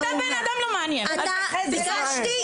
את שומעת איך הוא מתייחס אליה?